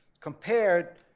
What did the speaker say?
compared